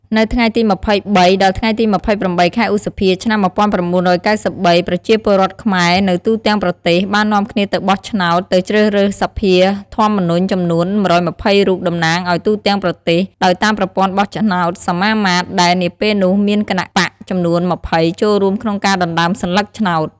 នៅថ្ងៃទី២៣ ដល់ថ្ងៃទី ២៨ ខែឧសភាឆ្នាំ១៩៩៣ ប្រជាពលរដ្ឋខ្មែរនៅទូទាំងប្រទេស បាននាំគ្នាទៅបោះឆ្នោតទៅជ្រើសរើសសភាធម្មនុញ្ញចំនួន ១២០រូបតំណាងឱ្យទូទាំងប្រទេសដោយតាមប្រព័ន្ធបោះឆ្នោតសមាមាត្រ ដែលនាពេលនោះមានគណបក្សចំនួន ២០ ចូលរួមក្នុងការដណ្តើមសន្លឹកឆ្នោត។